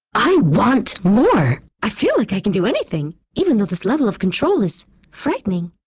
i want more i feel like i can do anything, even though this level of control is frightening.